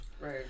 Right